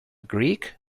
greek